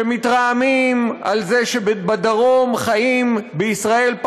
שמתרעמים על זה שבדרום בישראל חיים